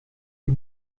die